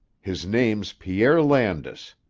his name's pierre landis.